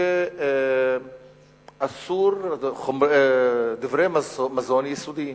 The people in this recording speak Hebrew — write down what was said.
שאסור דברי מזון יסודיים.